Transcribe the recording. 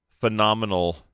phenomenal